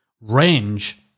range